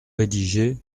rédigé